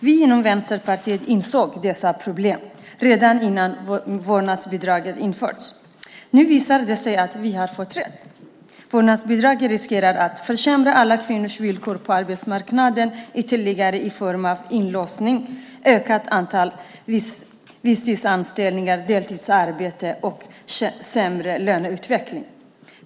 Vi inom Vänsterpartiet insåg dessa problem redan innan vårdnadsbidraget infördes. Nu visar det sig att vi har fått rätt. Vårdnadsbidraget riskerar att försämra alla kvinnors villkor på arbetsmarknaden ytterligare i form av inlåsningseffekter, ökat antal visstidsanställningar, deltidsarbete och sämre löneutveckling.